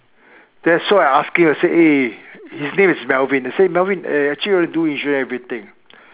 then so I ask him I say eh his name is Melvin I say Melvin eh actually I want to do insurance everything